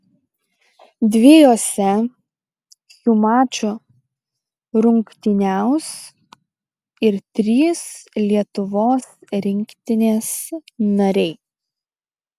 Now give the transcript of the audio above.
dviejuose šių mačų rungtyniaus ir trys lietuvos rinktinės nariai